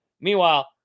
Meanwhile